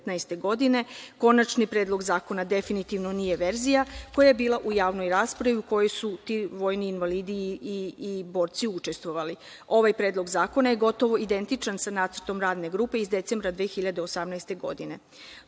godine, konačni predlog zakona definitivno nije verzija koja je bila u javnoj raspravi u kojoj su ti vojni invalidi i borci učestovali. Ovaj predlog zakona je gotovo identičan sa nacrtom radne grupe iz decembra 2018.